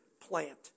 plant